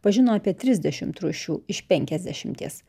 pažino apie trisdešim rūšių iš penkiasdešimies